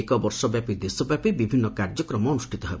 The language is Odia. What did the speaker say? ଏକ ବର୍ଷ ବ୍ୟାପୀ ଦେଶବ୍ୟାପୀ ବିଭିନ୍ନ କାର୍ଯ୍ୟକ୍ରମ ଅନୁଷ୍ଠିତ ହେବ